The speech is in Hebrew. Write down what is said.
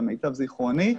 למיטב זיכרוני.